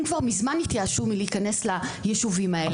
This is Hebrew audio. דיברו על הרציונל של יישוב בעדיפות לאומית שהוא מאוד רחב,